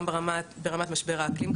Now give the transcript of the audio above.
גם ברמת משבר האקלים,